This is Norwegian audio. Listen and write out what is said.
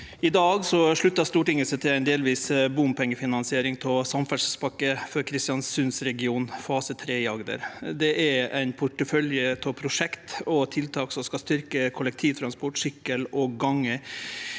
I dag sluttar Stortin- get seg til ei delvis bompengefinansiering av Samferdselspakke for Kristiansandsregionen fase 3 i Agder. Det er ei portefølje av prosjekt og tiltak som skal styrkje kollektivtransporten, sykkel og gange,